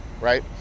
right